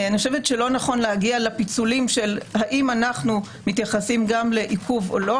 לא נכון להגיע לפיצולים של האם אנחנו מתייחסים גם לעיכוב או לא,